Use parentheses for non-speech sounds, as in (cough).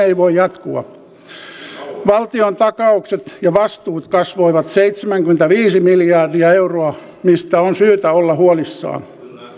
(unintelligible) ei voi jatkua valtion takaukset ja vastuut kasvoivat seitsemänkymmentäviisi miljardia euroa mistä on syytä olla huolissaan